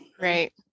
Right